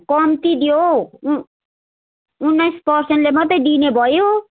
कम्ती दियो हौ उन्नाइस पर्सेन्टले मात्रै दिने भयो